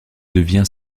devient